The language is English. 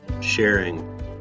sharing